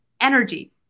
energy